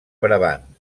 brabant